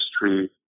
history